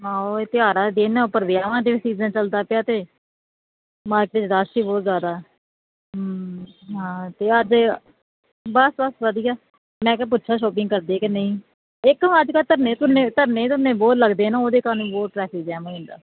ਆਹੋ ਇਹ ਤਿਉਹਾਰਾਂ ਦੇ ਦਿਨ ਆ ਉੱਪਰ ਵਿਆਹਾਂ ਦੇ ਸੀਜ਼ਨ ਚਲਦਾ ਪਿਆ ਅਤੇ ਮਾਰਕਿਟ 'ਚ ਰੱਸ਼ ਹੀ ਬਹੁਤ ਜ਼ਿਆਦਾ ਹਾਂ ਤਿਉਹਾਰ ਦੇ ਬਸ ਬਸ ਵਧੀਆ ਮੈਂ ਕਿਹਾ ਪੁੱਛਾ ਸ਼ੋਪਿੰਗ ਕਰਦੇ ਕਿ ਨਹੀਂ ਇੱਕ ਉਹ ਅੱਜ ਕੱਲ੍ਹ ਤਾਂ ਨਿੱਤ ਉਹ ਧਰਨੇ ਧੁਰਨੇ ਧਰਨੇ ਧਰਨੇ ਬਹੁਤ ਲੱਗਦੇ ਨਾ ਉਹਦੇ ਕਾਰਨ ਵੀ ਬਹੁਤ ਟਰੈਫਿਕ ਜਾਮ ਹੁੰਦਾ